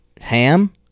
Ham